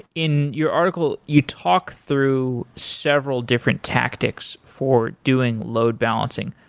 in your article, you talk through several different tactics for doing load balancing.